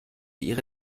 ihre